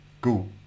go